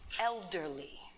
elderly